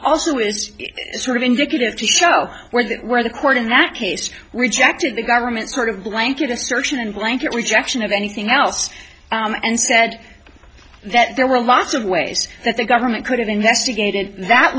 also is sort of indicative to show where that where the court in that case rejected the government's sort of blanket assertion blanket rejection of anything else and said that there were lots of ways that the government could have investigated that